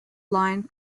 line